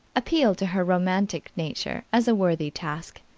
appealed to her romantic nature as a worthy task,